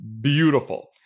beautiful